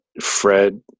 fred